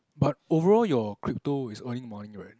but overall your crypto is earning money right